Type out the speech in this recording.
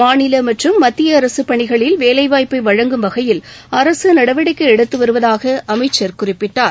மாநிலமற்றம் மத்தியஅரசுபணிகளில் வேலைவாய்ப்பைவழங்கும் வகையில் அரசுநடவடிக்கைஎடுத்துவருவதாகஅமைச்சர் குறிப்பிட்டார்